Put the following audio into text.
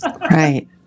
Right